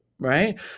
right